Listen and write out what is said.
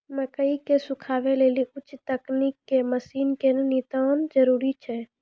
मकई के सुखावे लेली उच्च तकनीक के मसीन के नितांत जरूरी छैय?